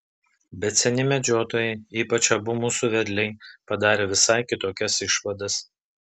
bet seni medžiotojai ypač abu mūsų vedliai padarė visai kitokias išvadas